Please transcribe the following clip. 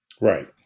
Right